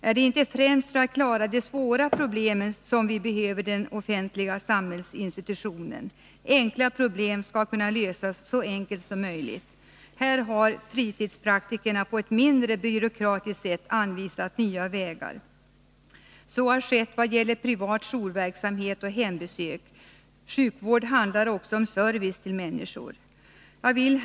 Är det inte främst för att klara de svåra problemen som vi behöver de offentliga samhällsinstitutionerna? Enkla problem skall kunna lösas så enkelt som möjligt. Här har fritidspraktikerna på ett mindre byråkratiskt sätt anvisat nya vägar. Så har skett vad gäller privat jourverksamhet med hembesök. Sjukvård handlar också om service till människor. Herr talman!